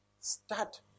Start